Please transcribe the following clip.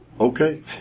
Okay